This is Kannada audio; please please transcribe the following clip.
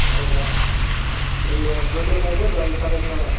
ಹೌದಾ ಈಗ ಟ್ವೆಂಟಿ ಫೈ ಅಂದರೆ ತ್ವ ಇಪ್ಪತ್ತೈದು ಸಾವಿರ